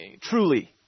truly